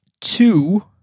two